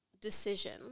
decision